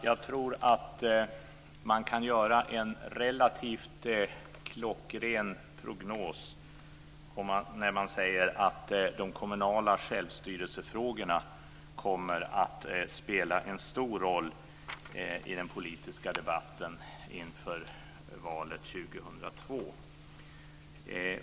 Jag tror att man kan göra en relativt klockren prognos när man säger att de kommunala självstyrelsefrågorna kommer att spela en stor roll i den politiska debatten inför valet 2002.